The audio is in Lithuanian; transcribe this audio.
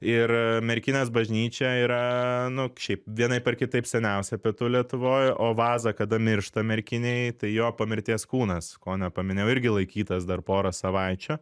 ir merginės bažnyčia yra nu šiaip vienaip ar kitaip seniausia pietų lietuvoj o vaza kada miršta merkinėj tai jo po mirties kūnas ko nepaminėjau irgi laikytas dar porą savaičių